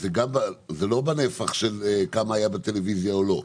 זה לא בנפח של כמה היה בטלוויזיה או לא,